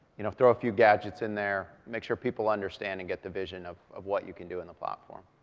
you know, throw a few gadgets in there, make sure people understand and get the vision of of what you can do with the platform.